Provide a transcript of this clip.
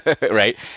Right